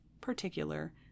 particular